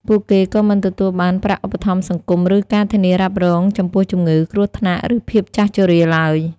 ពួកគេក៏មិនទទួលបានប្រាក់ឧបត្ថម្ភសង្គម ឬការធានារ៉ាប់រងចំពោះជំងឺ គ្រោះថ្នាក់ ឬភាពចាស់ជរាឡើយ។